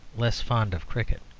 less fond of cricket.